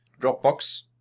Dropbox